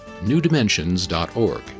newdimensions.org